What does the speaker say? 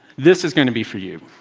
this is going to be for you.